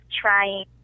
trying